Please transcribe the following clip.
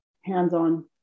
hands-on